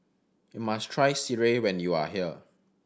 must try sireh when you are here